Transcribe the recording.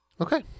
Okay